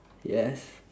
yes